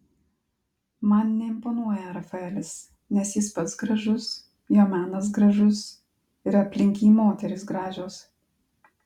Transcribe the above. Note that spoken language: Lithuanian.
man neimponuoja rafaelis nes jis pats gražus jo menas gražus ir aplink jį moterys gražios